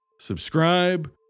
subscribe